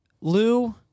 Lou